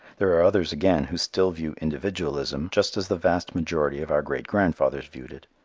there are others again who still view individualism just as the vast majority of our great-grandfathers viewed it,